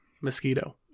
mosquito